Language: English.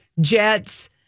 Jets